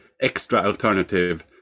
extra-alternative